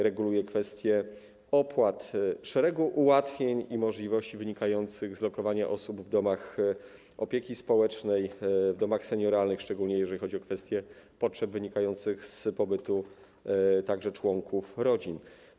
Reguluje kwestie opłat, szeregu ułatwień i możliwości wynikających z lokowania osób w domach opieki społecznej, w domach senioralnych, szczególnie jeżeli chodzi o kwestie potrzeb wynikających z pobytu także członków rodzin.